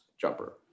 jumper